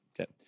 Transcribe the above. Okay